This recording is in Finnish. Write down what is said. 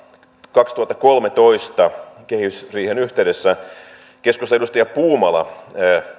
kaksituhattakolmetoista kehysriihen yhteydessä keskustan edustaja puumala